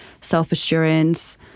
self-assurance